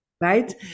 right